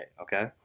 okay